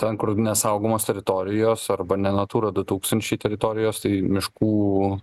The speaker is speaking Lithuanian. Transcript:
ten kur nesaugomos teritorijos arba nenatūra du tūkstančiai teritorijos tai miškų